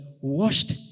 washed